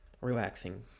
relaxing